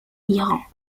iran